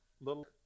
little